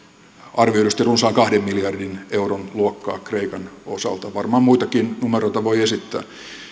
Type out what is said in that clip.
arvioidusti runsaan kahden miljardin euron luokkaa kreikan osalta varmaan muitakin numeroita voi esittää